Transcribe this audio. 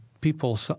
People